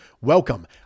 Welcome